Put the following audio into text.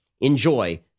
enjoy